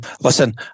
Listen